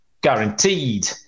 guaranteed